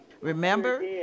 Remember